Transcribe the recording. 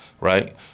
right